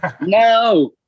No